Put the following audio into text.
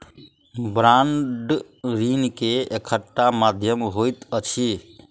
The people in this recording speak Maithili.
बांड ऋण के एकटा माध्यम होइत अछि